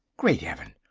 great heaven!